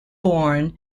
born